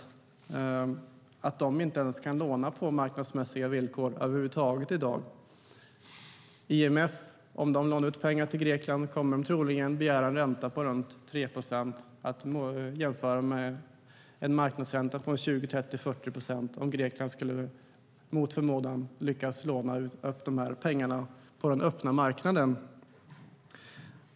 De kan över huvud taget inte låna på marknadsmässiga villkor i dag. Om IMF lånar ut pengar till Grekland kommer de troligen att begära en ränta på ca 3 procent. Det kan jämföras med en marknadsränta på 20, 30 eller 40 procent om Grekland mot förmodan skulle lyckas låna upp de här pengarna på den öppna marknaden.